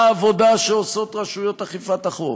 בעבודה שעושות רשויות אכיפת החוק,